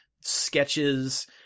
sketches